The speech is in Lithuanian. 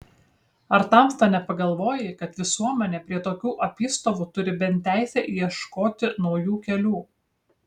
ar tamsta nepagalvoji kad visuomenė prie tokių apystovų turi bent teisę ieškoti naujų kelių